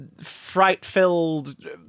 fright-filled